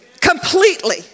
Completely